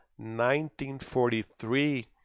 1943